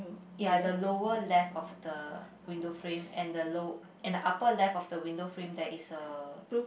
ya the lower left of the window frame and the low and the upper left of the window frame there is a